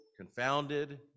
confounded